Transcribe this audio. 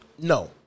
No